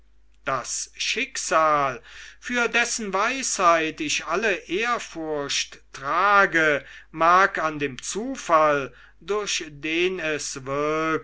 das schicksal für dessen weisheit ich alle ehrfurcht trage mag an dem zufall durch den es wirkt